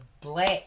black